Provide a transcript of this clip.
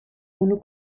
unu